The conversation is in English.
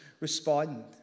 respond